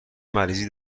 مریضی